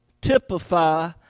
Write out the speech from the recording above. typify